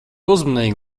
uzmanīgi